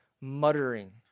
muttering